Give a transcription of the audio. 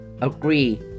agree